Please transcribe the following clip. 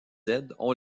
ont